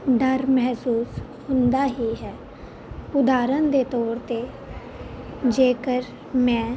ਡਰ ਮਹਿਸੂਸ ਹੁੰਦਾ ਹੀ ਹੈ ਉਦਾਹਰਨ ਦੇ ਤੌਰ 'ਤੇ ਜੇਕਰ ਮੈਂ